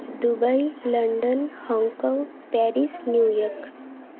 Dubai London Hong Kong Paris New York